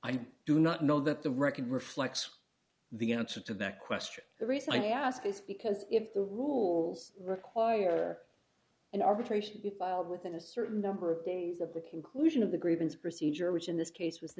i do not know that the record reflects the answer to that question the reason i ask is because if the rules require an arbitration within a certain number of days the conclusion of the grievance procedure which in this case w